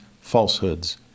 falsehoods